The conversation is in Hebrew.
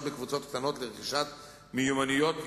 בקבוצות קטנות לרכישת מיומנויות יסוד,